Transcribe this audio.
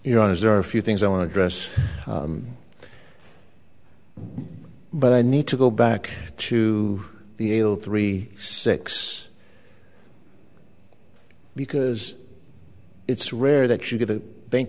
you know is there a few things i want to address but i need to go back to the ail three six because it's rare that you get a bank